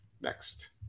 Next